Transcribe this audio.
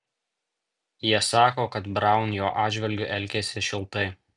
jie sako kad braun jo atžvilgiu elgėsi šiltai